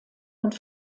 und